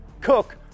Cook